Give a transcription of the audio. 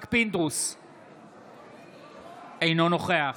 אינו נוכח